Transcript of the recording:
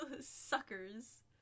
suckers